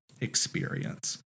experience